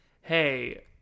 hey